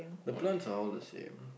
the plants are all the same